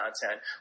content